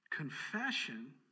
confession